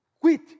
quit